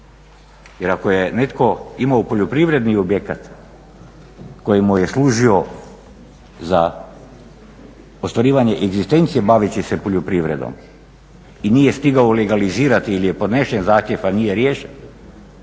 Jer ako je netko imao poljoprivredni objekat koji mu je služio za ostvarivanje egzistencije baveći se poljoprivredom i nije stigao legalizirati ili je podnesen zahtjev a nije riješen